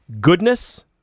Goodness